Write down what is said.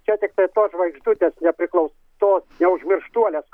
čia tiktai tos žvaigždutės nepriklaus tos neužmirštuoles